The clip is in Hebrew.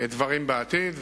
דברים בעתיד.